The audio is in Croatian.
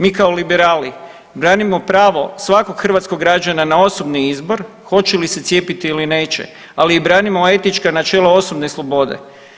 Mi kao liberali branimo pravo svakog hrvatskog građana na osobini izbor hoće li se cijepiti ili neće, ali i branimo i etička načela osobne slobode.